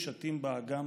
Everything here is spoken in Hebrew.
שטים באגם.